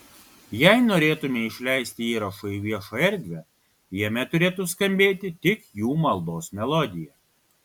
jei norėtumei išleisti įrašą į viešą erdvę jame turėtų skambėti tik jų maldos melodija